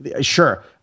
sure